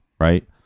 right